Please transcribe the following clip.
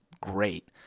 great